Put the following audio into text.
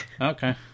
Okay